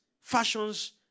fashions